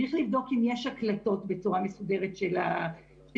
צריך לבדוק אם יש הקלטות בצורה מסודרת של השיעורים,